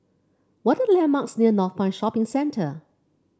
what are the landmarks near Northpoint Shopping Centre